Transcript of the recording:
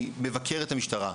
אני מבקר את המשטרה,